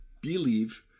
believe